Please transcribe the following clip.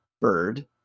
bird